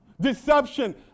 Deception